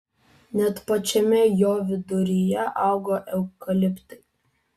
net pačiame jo viduryje auga eukaliptai